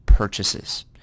purchases